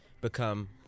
become